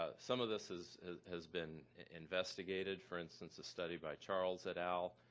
ah some of this has has been investigated, for instance a study by charles et al.